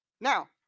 Now